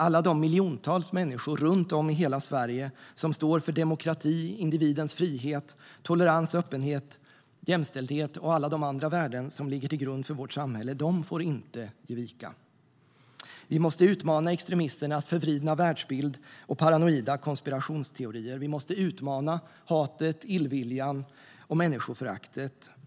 Alla de miljontals människor runt om i hela Sverige som står för demokrati, individens frihet, tolerans, öppenhet, jämställdhet och alla de andra värden som ligger till grund för vårt samhälle får inte ge vika. Vi måste utmana extremisternas förvridna världsbild och paranoida konspirationsteorier. Vi måste utmana hatet, illviljan och människoföraktet.